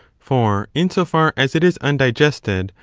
for, in so far as it is undigested,